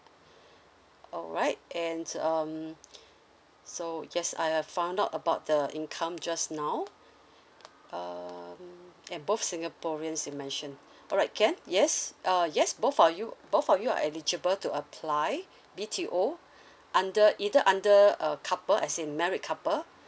all right and um so yes I have found out about the income just now um and both singaporeans you mentioned all right can yes uh yes both of you both of you are eligible to apply B_T_O under either under a couple as in married couple